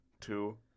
two